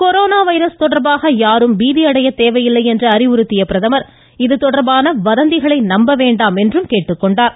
corona virus தொடர்பாக யாரும் பீதியடைய தேவையில்லை என்று அறிவுறுத்திய பிரதமர் இதுதொடர்பான வதந்திகளை நம்ப வேண்டாம் என்றும் அறிவுறுத்தினார்